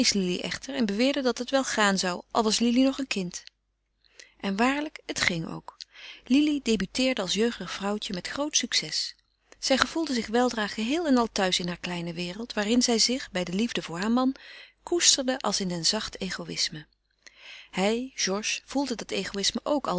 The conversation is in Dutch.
lili echter en beweerde dat het wel gaan zou al was lili nog een kind en waarlijk het ging ook lili debuteerde als jeugdig vrouwtje met groot succes zij gevoelde zich weldra geheel en al thuis in hare kleine wereld waarin zij zich bij de liefde voor heur man koesterde als in een zacht egoïsme hij georges voelde dat egoïsme ook al